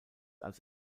als